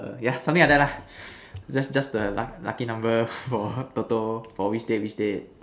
err yeah something like that lah then just the luck lucky number for toto for which date which date